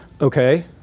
Okay